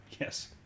Yes